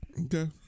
Okay